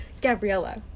Gabriella